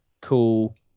cool